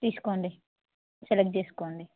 తీసుకోండి సెలెక్ట్ చేసుకోండి